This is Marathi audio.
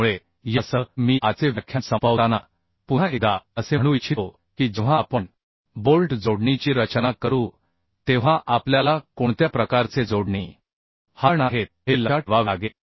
त्यामुळे यासह मी आजचे व्याख्यान संपवताना पुन्हा एकदा असे म्हणू इच्छितो की जेव्हा आपण बोल्ट जोडणीची रचना करू तेव्हा आपल्याला कोणत्या प्रकारचे जोडणी हाताळणार आहेत हे लक्षात ठेवावे लागेल